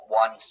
one